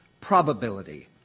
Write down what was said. probability